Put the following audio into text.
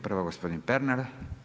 Prva gospodin Pernar.